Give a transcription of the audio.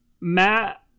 matt